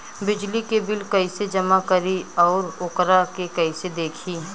बिजली के बिल कइसे जमा करी और वोकरा के कइसे देखी?